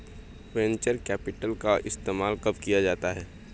Venture capital का इस्तेमाल कब किया जाता है?